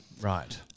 Right